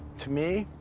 to me,